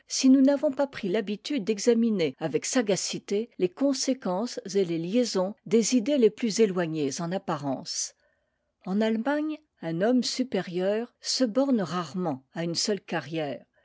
si nous n'avons pas pris l'habitude d'examiner avec sagacité les conséquences et les liaisons des idées les plus éloignées en apparence en allemagne un homme supérieur se borne rarement à une seule carrière